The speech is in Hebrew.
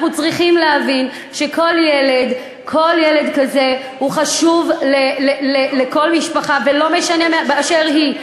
אנחנו צריכים להבין שכל ילד כזה חשוב לכל משפחה באשר היא.